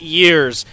years